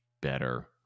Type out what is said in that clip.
better